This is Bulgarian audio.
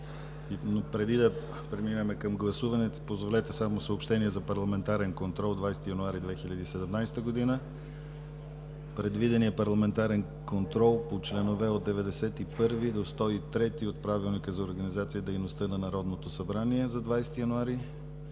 Преди да преминем към гласуване, позволете да направя съобщение за парламентарния контрол утре – 20 януари 2017 г. Предвиденият парламентарен контрол по чл. 91 до чл. 103 от Правилника за организацията и дейността на Народното събрание за 20 януари